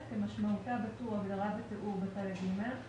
כמשמעותה בטור "הגדרה ותיאור" בחלק ג',